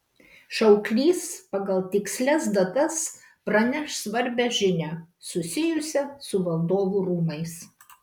šauklys pagal tikslias datas praneš svarbią žinią susijusią su valdovų rūmais